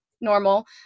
normal